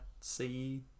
see